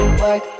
work